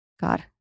God